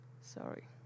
sorry